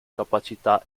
capacità